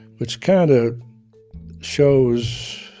which kind of shows